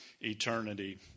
eternity